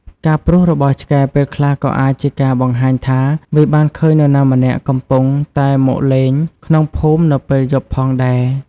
ការព្រុសរបស់ឆ្កែពេលខ្លះក៏អាចជាការបង្ហាញថាវាបានឃើញនរណាម្នាក់ដែលកំពុងតែមកលេងក្នុងភូមិនៅពេលយប់ផងដែរ។